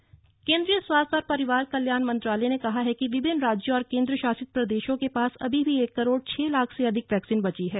vaccine केन्द्रीय स्वास्थ्य और परिवार कल्याण मंत्रालय ने कहा है कि विभिन्न राज्यों और केन्द्रशासित प्रदेशों के पास अभी भी एक करोड छह लाख से अधिक वैक्सीन बची हैं